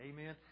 Amen